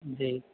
जी